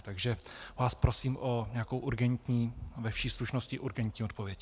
Takže vás prosím o nějakou urgentní, ve vší slušnosti urgentní odpověď.